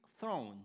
throne